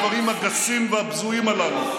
אף אחד מכם לא גינה את הדברים הגסים והבזויים הללו,